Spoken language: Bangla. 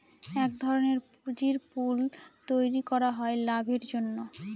এক ধরনের পুঁজির পুল তৈরী করা হয় লাভের জন্য